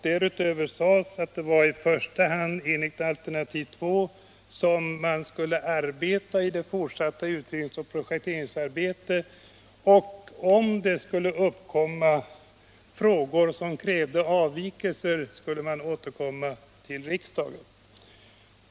Därutöver innefattade beslutet att det i första hand var enligt alternativ 2 som det fortsatta ut redningsoch projekteringsarbetet skulle bedrivas och att man om det uppkom frågor som krävde avvikelser skulle återkomma till riksdagen.